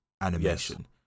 animation